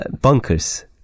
bunkers